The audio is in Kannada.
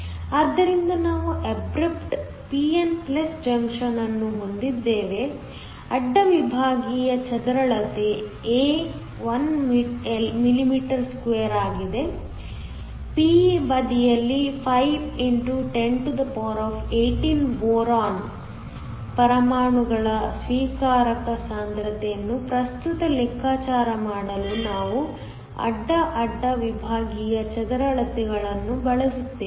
ಆದ್ದರಿಂದ ನಾವು ಅಬ್ರಪ್ಟ್ pn ಜಂಕ್ಷನ್ ಅನ್ನು ಹೊಂದಿದ್ದೇವೆ ಅಡ್ಡ ವಿಭಾಗೀಯ ಚದರಳತೆ A 1 mm2 ಆಗಿದೆ p ಬದಿಯಲ್ಲಿ 5 x 1018 ಬೋರಾನ್ ಪರಮಾಣುಗಳ ಸ್ವೀಕಾರಕ ಸಾಂದ್ರತೆಯನ್ನು ಪ್ರಸ್ತುತ ಲೆಕ್ಕಾಚಾರ ಮಾಡಲು ನಾವು ಅಡ್ಡ ಅಡ್ಡ ವಿಭಾಗೀಯ ಚದರಳತೆಯನ್ನು ಬಳಸುತ್ತೇವೆ